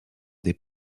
des